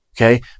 Okay